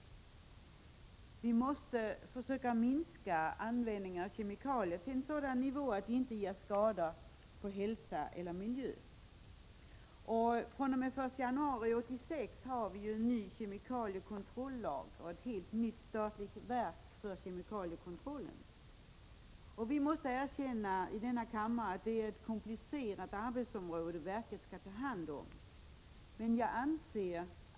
Vi måste försöka minska användningen av kemikalier till sådan nivå att de inte är till skada för hälsan eller miljön. Från den 1 januari 1986 har vi en ny kemikaliekontrollag och ett nytt statligt verk för kemikaliekontroll. Vi i denna kammare måste erkänna att verket har ett komplicerat arbetsområde.